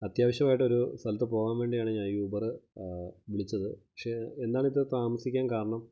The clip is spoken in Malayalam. അത്യാവശ്യമായിട്ട് ഒരു സ്ഥലത്ത് പോകാന് വേണ്ടിയാണ് ഞാന് യൂബറ് വിളിച്ചത് പക്ഷെ എന്താണിത്ര താമസിക്കാന് കാരണം